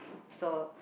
so